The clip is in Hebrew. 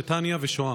נתניה ושוהם.